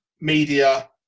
media